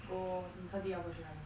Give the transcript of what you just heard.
go 你的地要过去那边做